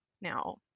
Now